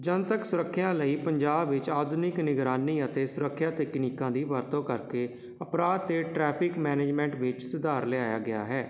ਜਨਤਕ ਸੁਰੱਖਿਆ ਲਈ ਪੰਜਾਬ ਵਿੱਚ ਆਧੁਨਿਕ ਨਿਗਰਾਨੀ ਅਤੇ ਸੁਰੱਖਿਆ ਤਕਨੀਕਾਂ ਦੀ ਵਰਤੋਂ ਕਰਕੇ ਅਪਰਾਧ ਅਤੇ ਟ੍ਰੈਫਿਕ ਮੈਨੇਜਮੈਂਟ ਵਿੱਚ ਸੁਧਾਰ ਲਿਆਇਆ ਗਿਆ ਹੈ